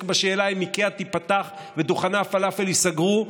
בשאלה אם איקאה תיפתח ודוכני הפלאפל ייסגרו,